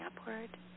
upward